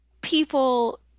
people